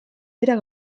dira